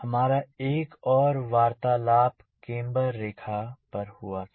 हमारा एक और वार्तालाप केम्बर रेखा पर हुआ था